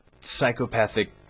psychopathic